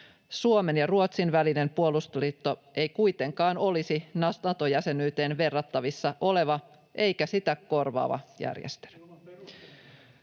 ”Suomen ja Ruotsin välinen puolustusliitto ei kuitenkaan olisi Nato-jäsenyyteen verrattavissa oleva eikä sitä korvaava järjestely.”